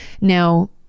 Now